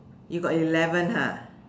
you got eleven